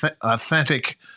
authentic